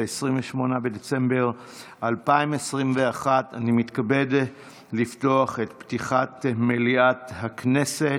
28 בדצמבר 2021. אני מתכבד לפתוח את ישיבת מליאת הכנסת.